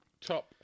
top